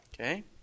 Okay